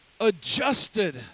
adjusted